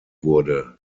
wurde